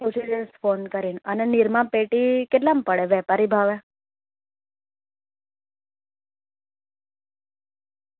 okay જે respond કરીને અને નિરમા પેટી કેટલામાં પડે વેપારી ભાવે